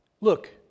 look